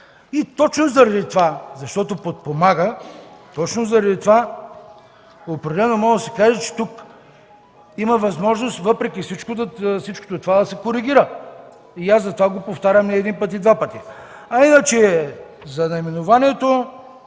Точно заради това, защото подпомага, определено може да се каже, че тук има възможност всичко това да се коригира. Аз затова го повтарям не един път и два пъти. А иначе за наименованието,